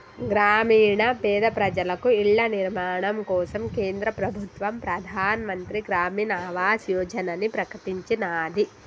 గ్రామీణ పేద ప్రజలకు ఇళ్ల నిర్మాణం కోసం కేంద్ర ప్రభుత్వం ప్రధాన్ మంత్రి గ్రామీన్ ఆవాస్ యోజనని ప్రకటించినాది